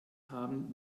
haben